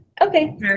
Okay